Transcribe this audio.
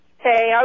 Hey